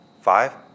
Five